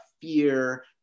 fear